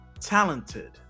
talented